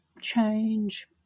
change